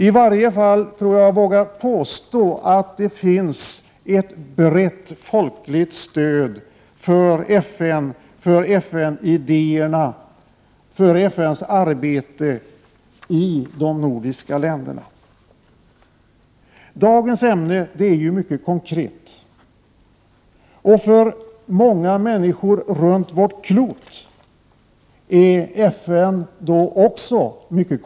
I varje fall vågar jag säga att det i de nordiska länderna finns ett brett folkligt stöd för FN, för dess arbete och för dess idéer. Dagens ämne är mycket konkret. Och för många människor runt vårt klot är FN en realitet.